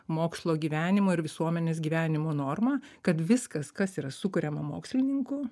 mokslo gyvenimo ir visuomenės gyvenimo norma kad viskas kas yra sukuriama mokslininkų